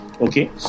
okay